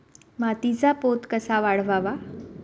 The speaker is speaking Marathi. मातीचा पोत कसा वाढवावा?